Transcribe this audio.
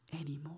anymore